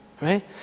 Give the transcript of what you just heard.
Right